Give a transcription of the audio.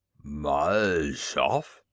mal shaff?